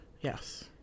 Yes